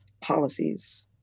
policies